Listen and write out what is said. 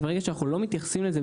ברגע שאנחנו לא מתייחסים לזה,